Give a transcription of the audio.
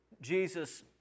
Jesus